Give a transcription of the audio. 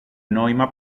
νόημα